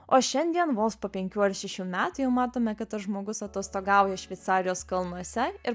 o šiandien vos po penkių ar šešių metų jau matome kad tas žmogus atostogauja šveicarijos kalnuose ir